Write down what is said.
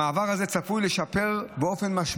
המעבר הזה צפוי לשפר משמעותית